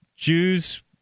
Jews